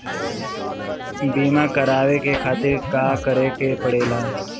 बीमा करेवाए के खातिर का करे के पड़ेला?